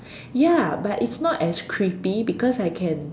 ya but it's not as creepy because I can